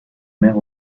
mère